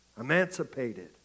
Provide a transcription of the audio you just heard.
emancipated